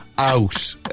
Out